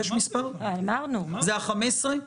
זה ה-15,000?